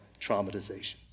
traumatization